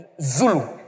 Zulu